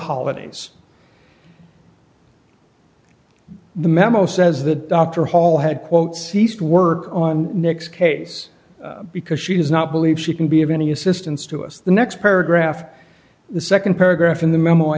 holidays the memo says that dr hall had quote ceased work on nick's case because she does not believe she can be of any assistance to us the next paragraph the nd paragraph in the